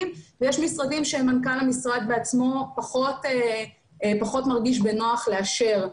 ויש משרדים שמנכ"ל המשרד בעצמו פחות מרגיש בנוח לאשר,